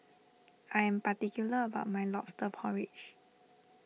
I am particular about my Lobster Porridge